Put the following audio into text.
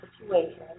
situation